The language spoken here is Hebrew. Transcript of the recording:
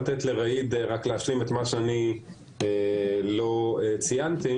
לתת לראיד להשלים את מה שאני לא ציינתי.